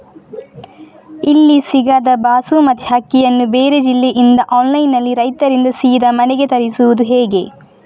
ಇಲ್ಲಿ ಸಿಗದ ಬಾಸುಮತಿ ಅಕ್ಕಿಯನ್ನು ಬೇರೆ ಜಿಲ್ಲೆ ಇಂದ ಆನ್ಲೈನ್ನಲ್ಲಿ ರೈತರಿಂದ ಸೀದಾ ಮನೆಗೆ ತರಿಸುವುದು ಹೇಗೆ?